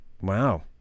Wow